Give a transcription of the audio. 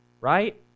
Right